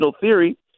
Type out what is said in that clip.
theory